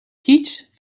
kitch